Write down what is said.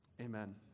Amen